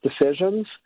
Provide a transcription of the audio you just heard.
decisions